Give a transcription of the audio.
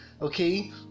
okay